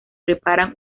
preparan